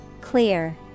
Clear